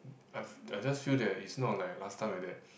I I just feel that is not like last time like that